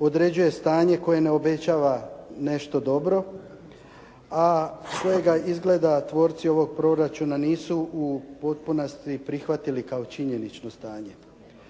određuje stanje koje ne obećava nešto dobro a kojega izgleda tvorci ovog proračuna nisu u potpunosti prihvatili kao činjenično stanje.